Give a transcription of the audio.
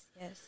yes